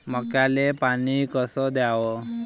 मक्याले पानी कस द्याव?